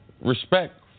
respect